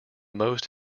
most